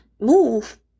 Move